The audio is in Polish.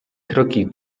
kroki